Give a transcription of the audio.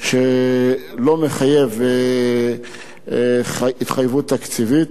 שלא מחייב התחייבות תקציבית,